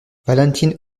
valentin